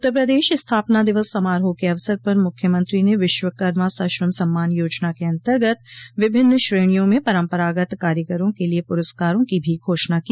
उत्तर प्रदेश स्थापना दिवस समारोह के अवसर पर मुख्यमंत्री ने विश्वकर्मा सश्रम सम्मान योजना के अन्तर्गत विभिन्न श्रेणियों में परम्परागत कारीगरों के लिये प्रस्कारों की भी घोषणा की